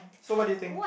so what do you think